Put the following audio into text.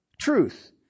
truth